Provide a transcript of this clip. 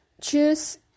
choose